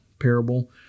parable